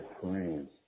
friends